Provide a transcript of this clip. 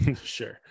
Sure